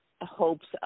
hopes